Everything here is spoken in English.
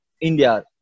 India